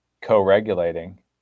co-regulating